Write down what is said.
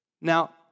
Now